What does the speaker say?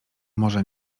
może